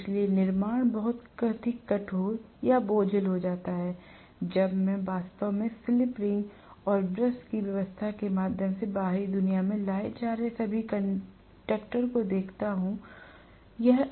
इसलिए निर्माण बहुत अधिक कठोर और बोझिल हो जाता है जब मैं वास्तव में स्लिप रिंग और ब्रश की व्यवस्था के माध्यम से बाहरी दुनिया में लाए जा रहे सभी 4 कंडक्टरों को देख रहा हूं